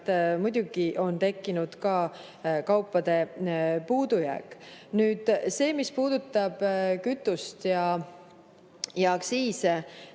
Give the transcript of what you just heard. muidugi tekkinud ka kaupade puudujääk. See, mis puudutab kütust ja aktsiise.